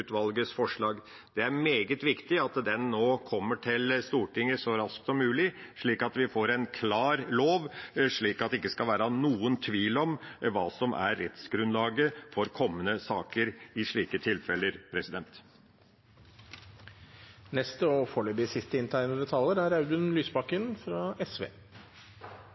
forslag.» Det er meget viktig at den proposisjonen kommer til Stortinget så raskt som mulig, slik at vi får en klar lov, og slik at det ikke skal være noen tvil om hva som er rettsgrunnlaget for kommende saker i slike tilfeller. Når vi etter gjennomgangen i fagkomiteene ser hvor mange anmodningsvedtak som ikke er